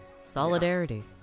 Solidarity